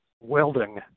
welding